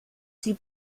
sie